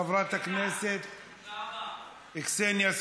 חברת הכנסת, איתן,